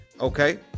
okay